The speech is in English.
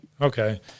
Okay